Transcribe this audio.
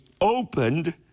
opened